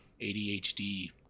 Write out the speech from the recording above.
ADHD